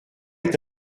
est